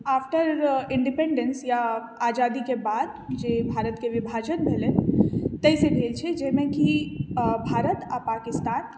after independence या आजादीके बाद जे भारतके विभाजन भेलै ताहिसँ भेल छै जाहिमे कि भारत आ पाकिस्तान